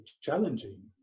challenging